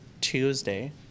Tuesday